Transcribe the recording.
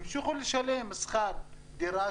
המשיכו לשלם שכר דירה,